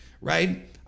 right